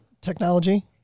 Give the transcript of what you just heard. technology